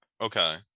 okay